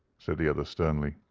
said the other sternly.